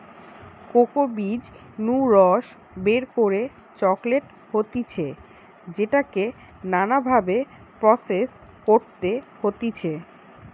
cocoa বীজ নু রস বের করে চকলেট হতিছে যেটাকে নানা ভাবে প্রসেস করতে হতিছে